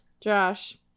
Josh